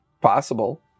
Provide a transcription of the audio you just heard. Possible